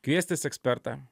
kviestis ekspertą